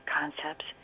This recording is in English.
concepts